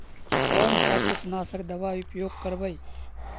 कोन सा कीटनाशक दवा उपयोग करबय?